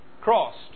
crossed